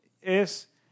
es